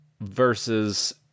versus